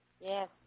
Yes